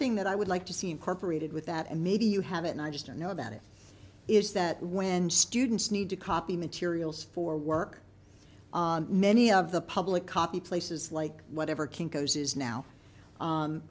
thing that i would like to see incorporated with that and maybe you have it i just don't know about it is that when students need to copy materials for work many of the public copy places like whatever kinko's is now